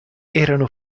erano